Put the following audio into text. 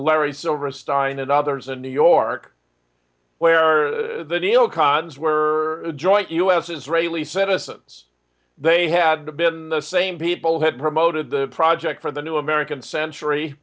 larry silverstein and others in new york where the neo cons were a joint us israeli citizens they had been the same people had promoted the project for the new american century